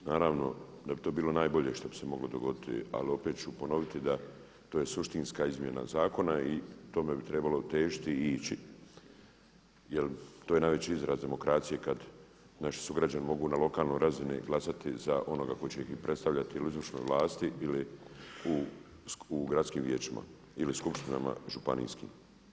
Naravno da bi to bilo najbolje što bi se moglo dogoditi, ali opet ću ponoviti da to je suštinska izmjena zakona i tome bi trebalo težiti i ići jer to je najveći izraz demokracije kad naši sugrađani mogu na lokalnoj razini glasati za onoga tko će ih i predstavljati ili u izvršnoj vlasti ili u gradskim vijećima ili skupštinama županijskim.